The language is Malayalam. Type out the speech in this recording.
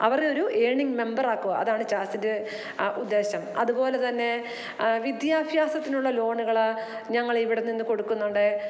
അവരെ ഒരു ഏണിങ്ങ് മെമ്പറാക്കുക അതാണ് ചാസ്സിൻ്റെ ഉദ്ദേശം അതുപോലെ തന്നെ വിദ്യാഭ്യാസത്തിനുള്ള ലോണുകൾ ഞങ്ങളിവിടെ നിന്ന് കൊടുക്കുന്നുണ്ട്